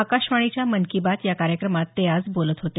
आकाशवाणीच्या मन की बात या कार्यक्रमात ते आज बोलत होते